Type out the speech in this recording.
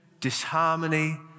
disharmony